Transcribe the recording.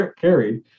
carried